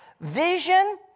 vision